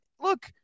look